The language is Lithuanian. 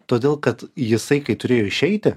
todėl kad jisai kai turėjo išeiti